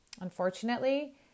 Unfortunately